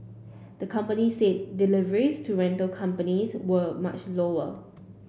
the company said deliveries to rental companies were much lower